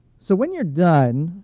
so when you're done,